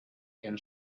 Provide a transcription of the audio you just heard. can